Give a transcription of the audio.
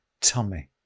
tummy